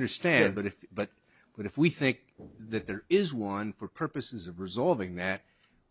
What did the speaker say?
understand but if but but if we think that there is one for purposes of resolving that